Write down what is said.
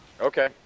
Okay